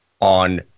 on